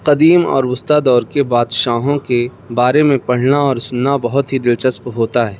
قدیم اور وسطیٰ دور کے بادشاہوں کے بارے میں پڑھنا اور سننا بہت ہی دلچست ہوتا ہے